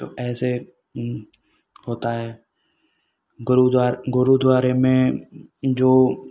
तो ऐसे होता है गुरुद्वार गुरुद्वारे में जो